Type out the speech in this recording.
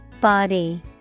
Body